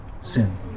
sin